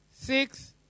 six